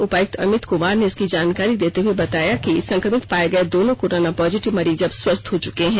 उपायुक्त अमित कुमार ने इसकी जानकारी देते हए बताया कि संक्रमित पाए गए दोनों कोरोना पॉजिटिव मरीज अब स्वस्थ हो चुके हैं